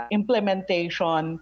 implementation